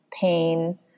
pain